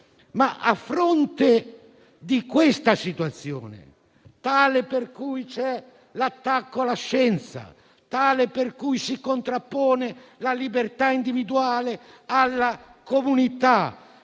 Di fronte a questa situazione in cui c'è un attacco alla scienza, in cui si contrappone la libertà individuale alla comunità,